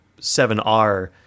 7R